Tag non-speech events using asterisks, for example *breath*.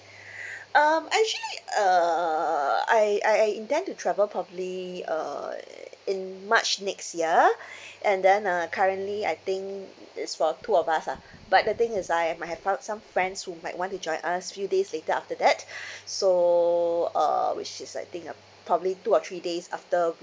*breath* um actually uh I I I intend to travel probably uh in march next year *breath* and then uh currently I think it's for two of us lah *breath* but the thing is I've might have found some friends who might want to join us few days later after that *breath* so uh which is I think uh probably two or three days after we